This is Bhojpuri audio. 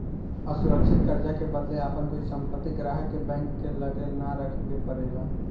असुरक्षित कर्जा के बदले आपन कोई संपत्ति ग्राहक के बैंक के लगे ना रखे के परेला